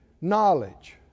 knowledge